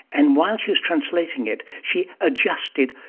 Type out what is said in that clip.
and while she was translating it she adjusted,